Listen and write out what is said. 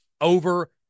over